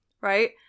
right